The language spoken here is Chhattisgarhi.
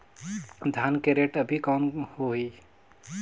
धान के रेट अभी कौन होही?